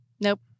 Nope